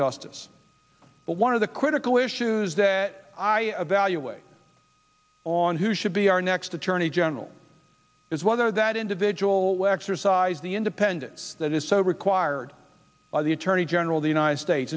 justice but one of the critical issues that i value away on who should be our next attorney general is whether that individual where exercise the independence that is so required by the attorney general of the united states